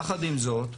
יחד עם זאת,